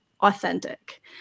authentic